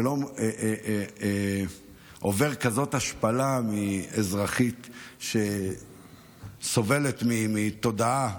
והוא לא היה עובר כזאת השפלה מאזרחית שסובלת מהסתה,